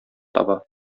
таба